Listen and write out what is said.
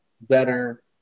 better